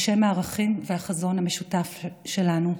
בשם הערכים והחזון המשותף שלנו.